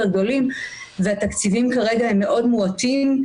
גדולים והתקציבים כרגע הם מאוד מועטים.